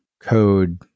code